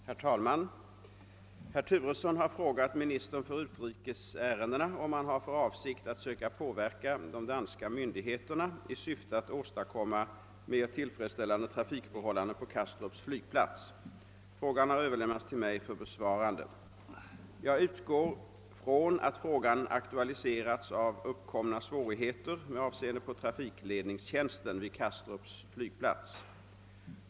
Herr talman! Herr Turesson har frågat ministern för utrikes ärendena om han har för avsikt att söka påverka de danska myndigheterna i syfte att åstadkomma mera tillfredsställande trafikförhållanden på Kastrups flygplats. Frågan har överlämnats till mig för besvarande. Jag utgår från att frågan aktualiserats av uppkomna svårigheter med avseende på trafikledningstjänsten vid Kastrups flygplats.